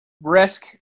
risk